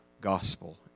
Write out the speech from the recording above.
gospel